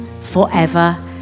forever